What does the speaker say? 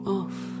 off